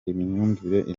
imyumvire